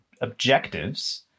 objectives